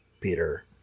Peter